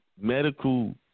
medical